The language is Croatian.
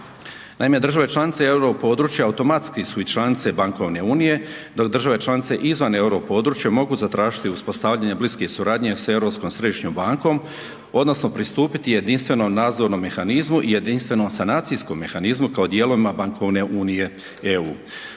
Naime, države članice europodručja automatski su i članice bankovne unije, dok države članice izvan europodručja mogu zatražiti uspostavljanje bliske suradnje s Europskom središnjom bankom odnosno pristupiti jedinstvenom nadzornom mehanizmu i jedinstvenom sanacijskom mehanizmu kao dijelovima bankovne unije EU.